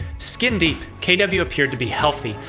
skin-deep, kw appeared to be healthy.